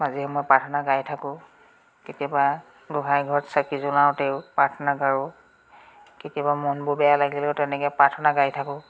মাজে সময়ে প্ৰাৰ্থনা গাই থাকোঁ কেতিয়াবা গোঁসাই ঘৰত চাকি জলাওঁতেও প্ৰাৰ্থনা কৰোঁ কেতিয়াবা মনবোৰ বেয়া লাগিলেই তেনেকৈ প্ৰাৰ্থনা গাই থাকোঁ